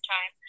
Time